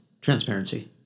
Transparency